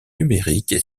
numériques